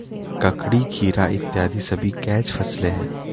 ककड़ी, खीरा इत्यादि सभी कैच फसलें हैं